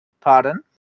Pardon